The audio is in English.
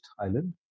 island